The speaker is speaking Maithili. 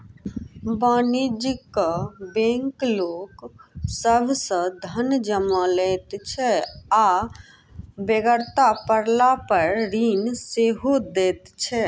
वाणिज्यिक बैंक लोक सभ सॅ धन जमा लैत छै आ बेगरता पड़लापर ऋण सेहो दैत छै